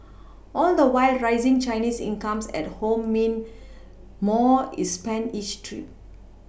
all the while rising Chinese incomes at home mean more is spent each trip